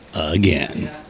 again